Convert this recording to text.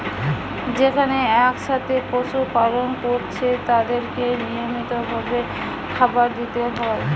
যেখানে একসাথে পশু পালন কোরছে তাদেরকে নিয়মিত ভাবে খাবার দিতে হয়